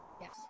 Yes